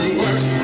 work